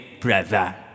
brother